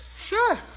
Sure